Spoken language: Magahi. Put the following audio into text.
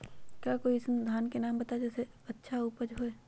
का कोई अइसन धान के नाम बताएब जेकर उपज अच्छा से होय?